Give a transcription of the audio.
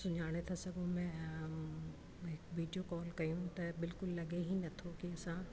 सुञाणे था सघूं ऐं अ वीडियो कॉल कयूं त बिल्कुलु लॻे ई न थो की असां